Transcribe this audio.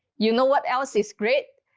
you know what else is great?